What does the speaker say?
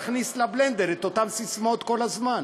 להכניס לבלנדר את אותן ססמאות כל הזמן?